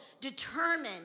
determined